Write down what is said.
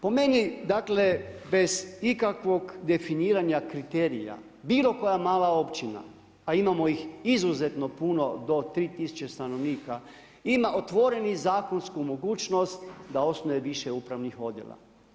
Po meni dakle bez ikakvog definiranja kriterija bilo koja mala općina, a imamo ih izuzetno puno do 3000 stanovnika ima otvorenu zakonsku mogućnost da osnuje više upravnih odjela.